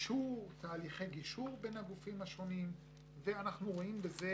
תהליכי גישור בין הגופים השונים ואנחנו רואים בזה